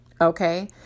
Okay